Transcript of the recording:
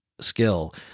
skill